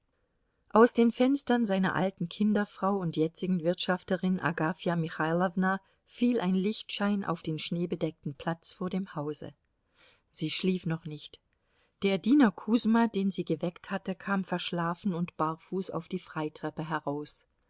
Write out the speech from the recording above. aus den fenstern seiner alten kinderfrau und jetzigen wirtschafterin agafja michailowna fiel ein lichtschein auf den schneebedeckten platz vor dem hause sie schlief noch nicht der diener kusma den sie geweckt hatte kam verschlafen und barfuß auf die freitreppe heraus